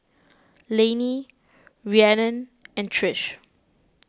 Lainey Rhiannon and Trish